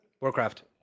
Warcraft